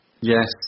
yes